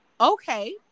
Okay